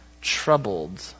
troubled